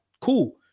Cool